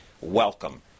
Welcome